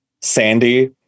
Sandy